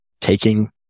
taking